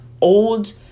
old